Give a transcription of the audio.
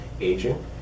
aging